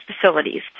facilities